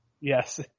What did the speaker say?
Yes